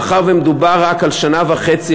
מאחר שמדובר רק על שנה וחצי,